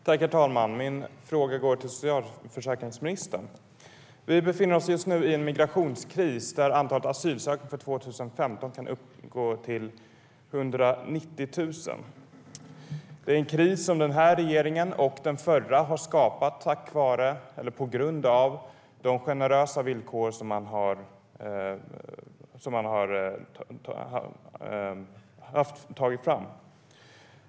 Herr talman! Min fråga går till socialförsäkringsministern. Vi befinner oss just nu i en migrationskris där antalet asylsökande för 2015 kan komma att uppgå till 190 000. Det är en kris som den här regeringen och den förra har skapat på grund av de generösa villkor som man har skapat.